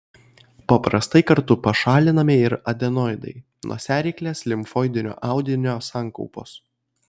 paprastai kartu pašalinami ir adenoidai nosiaryklės limfoidinio audinio sankaupos